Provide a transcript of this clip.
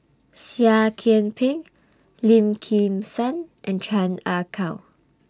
Seah Kian Peng Lim Kim San and Chan Ah Kow